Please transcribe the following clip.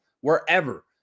wherever